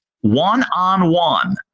one-on-one